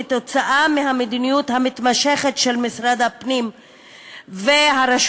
כתוצאה מהמדיניות המתמשכת של משרד הפנים ורשויות